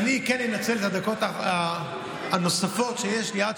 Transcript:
אני כן אנצל את הדקות הנוספות שיש לי עד